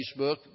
Facebook